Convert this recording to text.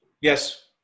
yes